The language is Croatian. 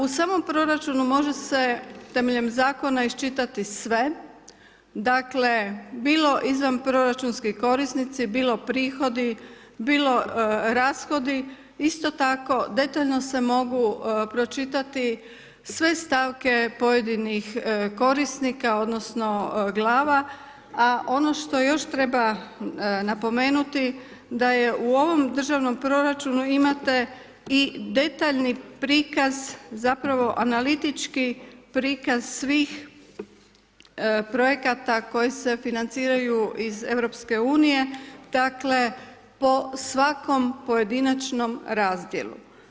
U samom proračunu može se temeljem zakona iščitati sve, dakle, bilo izvanproračunski korisnici, bilo prihodi, bilo rashodi, isto tako, detaljno se mogu pročitati sve stavke pojedinih korisnika, odnosno, glava, a ono što još treba napomenuti, da je u ovom državnom proračunu, imate i detaljni prikaz zapravo analitički prikaz svih projekata, koji se financiraju iz EU, dakle, po svakom pojedinačnom razdjelu.